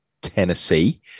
tennessee